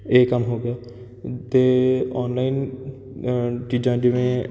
ਇਹ ਕੰਮ ਹੋ ਗਿਆ ਅਤੇ ਔਨਲਾਈਨ ਚੀਜ਼ਾਂ ਜਿਵੇਂ